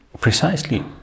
precisely